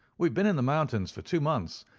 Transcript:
we've been in the mountains for two months,